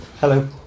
Hello